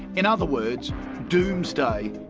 in other words doomsday.